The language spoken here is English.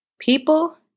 People